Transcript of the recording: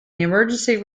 emergency